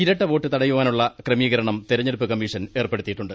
ഇരട്ട വോട്ട് തടയാനുള്ള ക്രമീകരണം തെരഞ്ഞെടുപ്പ് കമ്മീഷൻ ഏർപ്പെടുത്തിയിട്ടുണ്ട്